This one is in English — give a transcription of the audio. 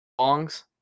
songs